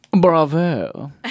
Bravo